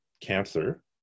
cancer